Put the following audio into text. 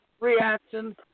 reaction